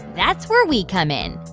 that's where we come in.